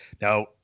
Now